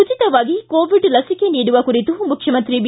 ಉಚಿತವಾಗಿ ಕೋವಿಡ್ ಲಸಿಕೆ ನೀಡುವ ಕುರಿತು ಮುಖ್ಯಮಂತ್ರಿ ಬಿ